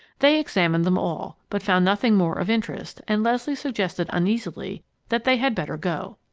they examined them all, but found nothing more of interest and leslie suggested uneasily that they had better go.